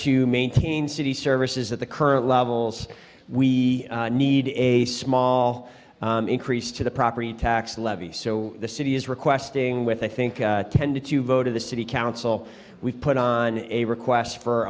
to maintain city services that the current levels we need a small increase to the property tax levy so the city is requesting with i think tend to vote of the city council we've put on a request for